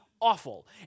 awful